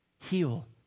heal